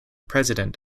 president